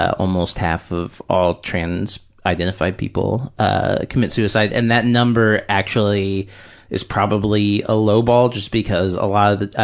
almost half of all trans-identified people ah commit suicide, and that number actually is probably a lowball just because a lot of,